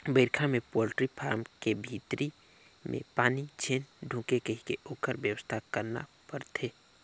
बइरखा में poultry farm के भीतरी में पानी झेन ढुंके कहिके ओखर बेवस्था करना परथे